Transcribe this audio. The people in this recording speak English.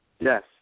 Yes